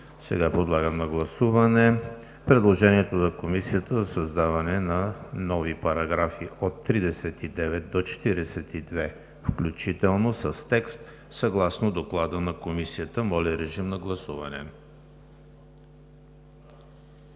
Подлагам на гласуване предложението са Комисията за създаване на нови параграфи от 39 до 42 включително с текст съгласно Доклада на Комисията. Гласували